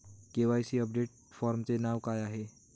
KYC update फॉर्मचे नाव काय आहे?